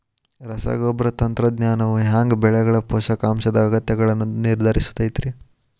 ರಸಗೊಬ್ಬರ ತಂತ್ರಜ್ಞಾನವು ಹ್ಯಾಂಗ ಬೆಳೆಗಳ ಪೋಷಕಾಂಶದ ಅಗತ್ಯಗಳನ್ನ ನಿರ್ಧರಿಸುತೈತ್ರಿ?